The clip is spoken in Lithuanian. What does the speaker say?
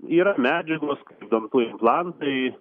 yra medžiagos dantų implantai